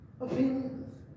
opinions